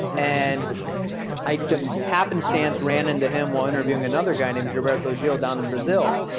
and i just happenstance ran into him while interviewing another guy named gilberto gil down in brazil.